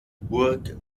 burg